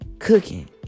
cooking